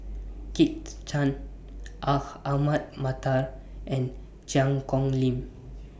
Kit Chan Aha Ahmad Mattar and Cheang Kong Lim